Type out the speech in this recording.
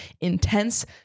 intense